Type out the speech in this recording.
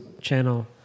channel